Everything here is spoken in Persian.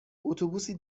اتوبوسی